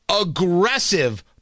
aggressive